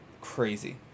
Crazy